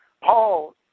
Paul